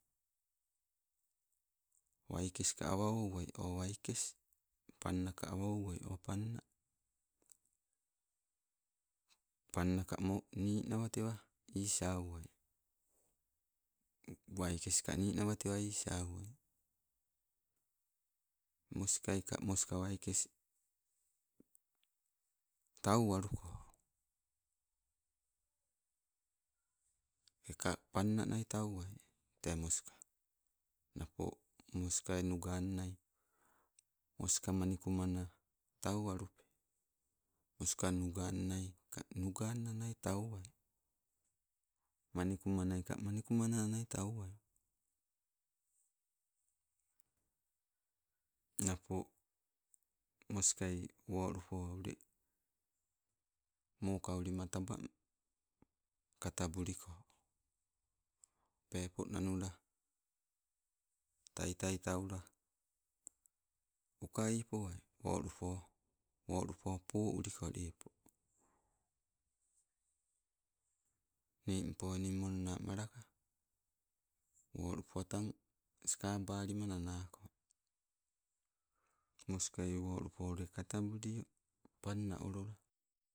Waikes a awa ouwai o, waikes, painanaka awa ouwai o panna. Pannaka mo- ninawatewa isauwai, waike ka ninawatewa isauwai, moskai ka moska waike tauwaluko. Teka pannanai tauwai moska. Napo moskai nugamai, moska manikumana tauwalupe, moskai nugannai ka nugannai tauai. Manikumanai ka manikumananai tauai. Napo moskas wolupo ule mokaulima taba, katabuliko. Peepo naaula taitai taula ukai poai, wolupo, wolupo pouliko lepo. Nimmpo enimol na malaka, wolupo tang sikabalima nanako. Moska wolupo we katabulio panna olola.